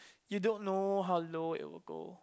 you don't know how low it will go